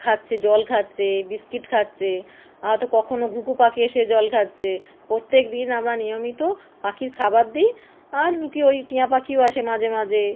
খাচ্ছে জল খাচ্ছে বিস্কিট খাচ্ছে হয়তো কখনও ঘুঘু পাখি এসে জল খাচ্ছে প্রত্যেক দিন আমরা নিয়মিত পাখির খাবার দিই আর কি ওই টিয়া পাখিও আসে মাঝেমাঝে